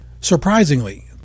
Surprisingly